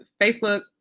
Facebook